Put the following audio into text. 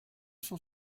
cent